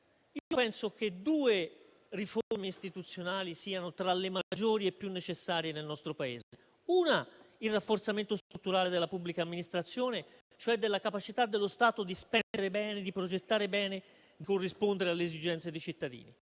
penso che due riforme istituzionali siano tra le maggiori e più necessarie nel nostro Paese. Una è il rafforzamento strutturale della pubblica amministrazione, cioè della capacità dello Stato di spendere bene, di progettare bene, di corrispondere alle esigenze dei cittadini.